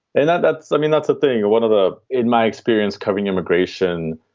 and that's i mean, that's a thing or one of the in my experience covering immigration.